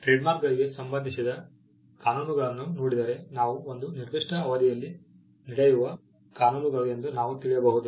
ಟ್ರೇಡ್ಮಾರ್ಕ್ಗಳಿಗೆ ಸಂಬಂಧಿಸಿದ ಕಾನೂನುಗಳನ್ನು ನೋಡಿದರೆ ನಾವು ಒಂದು ನಿರ್ದಿಷ್ಟ ಅವಧಿಯಲ್ಲಿ ನಡೆಯುವ ಕಾನೂನುಗಳು ಎಂದು ನಾವು ತಿಳಿಯಬಹುದು